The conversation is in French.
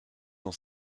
dans